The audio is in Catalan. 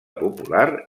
popular